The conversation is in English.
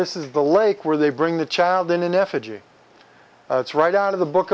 this is the lake where they bring the child in in effigy it's right out of the book